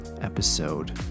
episode